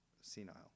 senile